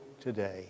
today